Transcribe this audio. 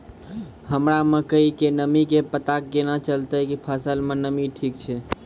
हमरा मकई के नमी के पता केना चलतै कि फसल मे नमी ठीक छै?